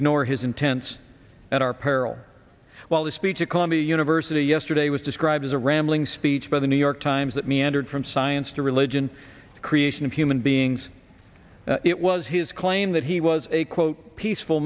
ignore his intense at our peril while the speech of columbia university yesterday was described as a rambling speech by the new york times that meandered from science to religion the creation of human beings it was his claim that he was a quote peaceful